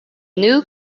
new